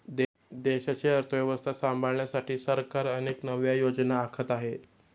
देशाची अर्थव्यवस्था सांभाळण्यासाठी सरकार अनेक नव्या योजना आखत आहे